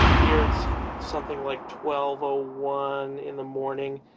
here it's something like twelve ah one in the morning,